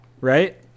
right